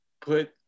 put